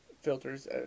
filters